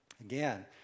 Again